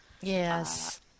Yes